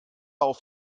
auf